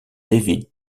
david